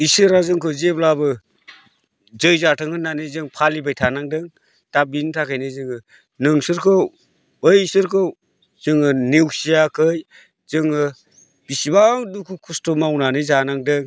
इसोरा जोंखो जेब्लाबो जै जाथों होननानै जों फालिबाय थांनांदों दा बिनि थाखायनो जोङो नोंसोरखौ बैसोरखौ जोङो नेवसियाखै जोङो बिसिबां दुखु खस्थ' मावनानै जानांदों